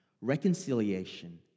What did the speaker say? reconciliation